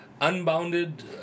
unbounded